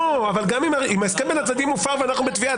אבל ההסכם בין הצדדים הופר ולכן אנחנו בתביעה.